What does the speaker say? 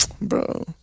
Bro